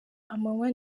amanywa